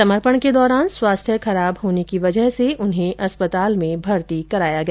समर्पण के दौरान स्वास्थ्य खराब होने की वजह से उन्हें अस्पताल में भर्ती कराया गया